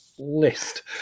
list